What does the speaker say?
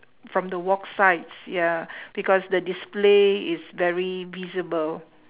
from the walk sides ya because the display is very visible